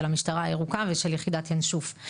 של המשטרה הירוקה ושל יחידת ינשוף.